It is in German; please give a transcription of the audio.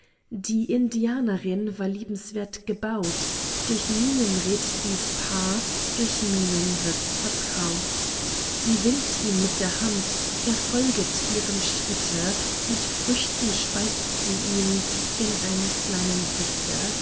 die indianerin war liebenswert gebaut durch mienen redt dies paar durch mienen wirds vertraut sie winkt ihm mit der hand er folget ihrem schritte mit früchten speist sie ihn in einer kleinen hütte